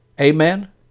Amen